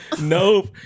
Nope